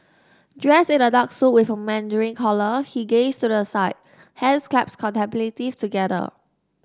dressed in a dark suit with a mandarin collar he gazed to the side hands clasped contemplatively together